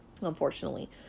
unfortunately